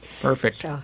Perfect